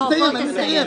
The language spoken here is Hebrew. אני אסיים.